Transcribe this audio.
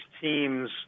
teams